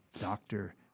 doctor